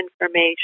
information